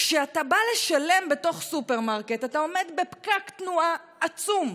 כשאתה בא לשלם בתוך סופרמרקט אתה עומד בפקק תנועה עצום,